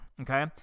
okay